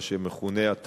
מה שמכונה התלמ"ת,